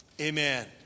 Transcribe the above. Amen